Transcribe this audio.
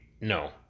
No